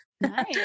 Nice